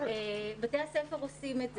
בתי הספר עושים את זה.